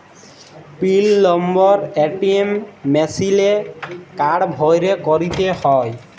পিল number ATM মিশিলে card ভ্যইরে ক্যইরতে হ্যয়